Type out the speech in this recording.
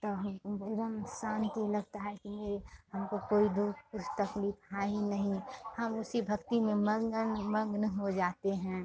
तो हमको तुरंत शांति लगता है कि मेरे हमको कोई दुख कुछ तकलीफ है ही नहीं हम उसी भक्ति में मगन मग्न हो जाते हैं